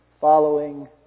Following